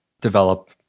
develop